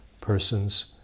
persons